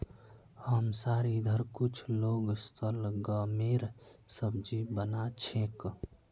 हमसार इधर कुछू लोग शलगमेर सब्जी बना छेक